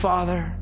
Father